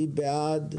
מי בעד?